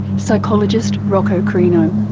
psychologist rocco crino.